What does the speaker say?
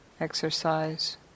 exercise